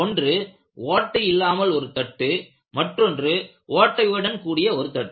ஒன்று ஓட்டை இல்லாமல் ஒரு தட்டுமற்றொன்று ஓட்டையுடன் கூடிய ஒரு தட்டு